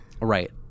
Right